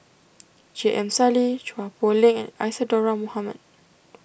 J M Sali Chua Poh Leng and Isadhora Mohamed